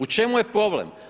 U čemu je problem?